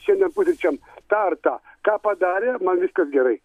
šiandien pusryčiam tą ar tą ką padarė man viskas gerai